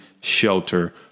shelter